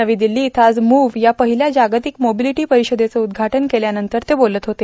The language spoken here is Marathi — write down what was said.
नवी दिल्ली इथं आज मूव्हया पहिल्या जागतिक मोबिलिटी परिषदेचं उद्घाटन केल्यानंतर ते बोलत होते